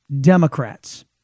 Democrats